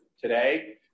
today